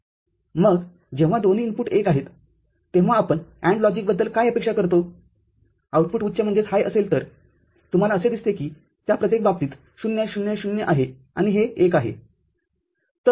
मग जेव्हा दोन्ही इनपुट १ आहेत तेव्हा आपण AND लॉजिकबद्दल काय अपेक्षा करतो आउटपुटउच्चअसेल तर तुम्हाला असे दिसते की या प्रत्येक बाबतीत ० ०० आहे हे १ आहे